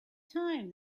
time